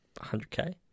100k